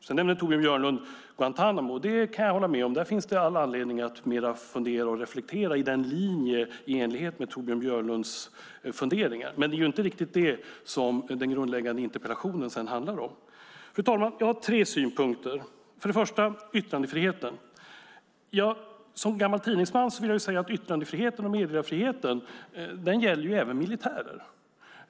Sedan nämnde Torbjörn Björlund Guantánamo. Där kan jag hålla med om att det finns all anledning att fundera och reflektera i enlighet med Torbjörn Björlunds linjer, men det är inte riktigt vad den grundläggande interpellationen handlar om. Fru talman! Jag har tre synpunkter. För det första har vi yttrandefriheten. Som gammal tidningsman menar jag att yttrandefriheten och meddelarfriheten även gäller militärer.